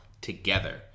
together